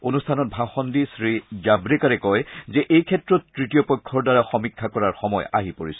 অনুষ্ঠানত ভাষণ দি শ্ৰীজাভৰেকাৰে কয় যে এইক্ষেত্ৰত তৃতীয় পক্ষৰ দ্বাৰা সমীক্ষা কৰাৰ সময় আহি পৰিছে